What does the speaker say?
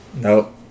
Nope